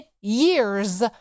years